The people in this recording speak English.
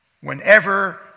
whenever